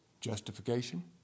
Justification